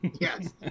Yes